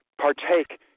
partake